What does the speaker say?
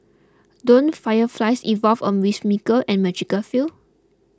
don't fireflies involve a whimsical and magical feel